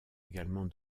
également